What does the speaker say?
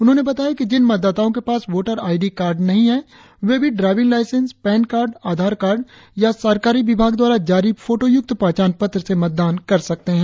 उन्होंने बताया है कि जिन मतदाताओं के पास वोटर आई डी कार्ड नहीं है वे भी driving licence PAN card Aadhaar card या सरकारी विभाग द्वारा जारी फोटोयुक्त पहचान पत्र से मतदान कर सकते है